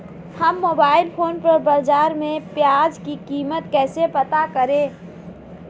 हम mobile phone पर बाज़ार में प्याज़ की कीमत कैसे पता करें?